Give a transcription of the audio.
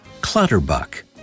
Clutterbuck